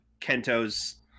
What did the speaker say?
Kento's